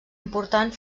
important